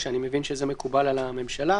לא מגיע לך יום חופשה.